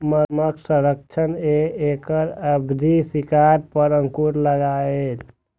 मगरमच्छ संरक्षणक सं एकर अवैध शिकार पर अंकुश लागलैए